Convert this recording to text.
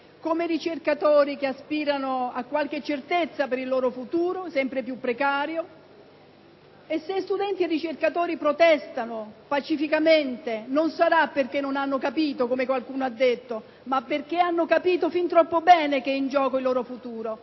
come ricercatori che aspirano a qualche certezza per il loro futuro, sempre più precario. Se studenti e ricercatori protestano pacificamente non sarà perché non hanno capito, come qualcuno ha detto, ma perché hanno capito fin troppo bene che è in gioco il loro futuro.